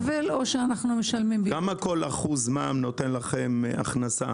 כמה כל 1% נותן לכם הכנסה?